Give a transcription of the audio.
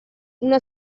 una